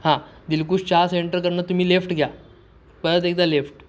हां दिलखुश चहा सेंटर कडनं तुम्ही लेफ्ट घ्या परत एकदा लेफ्ट